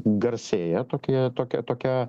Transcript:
garsėja tokia tokia tokia